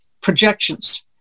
projections